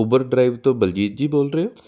Uber drive ਤੋਂ ਬਲਜੀਤ ਜੀ ਬੋਲ ਰਹੇ ਹੋ